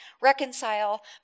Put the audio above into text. reconcile